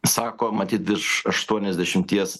sako matyt virš aštuoniasdešimties